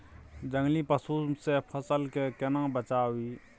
जंगली पसु से फसल के केना बचावी?